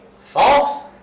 false